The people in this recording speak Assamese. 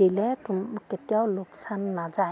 দিলে কেতিয়াও লোকচান নাযায়